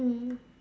mm